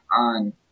on